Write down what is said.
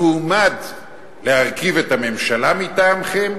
המועמד להרכיב את הממשלה מטעמכם,